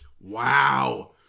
Wow